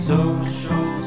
Social